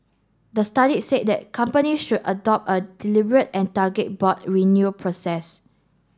the study said that company should adopt a deliberate and target board renewal process